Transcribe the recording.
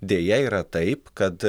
deja yra taip kad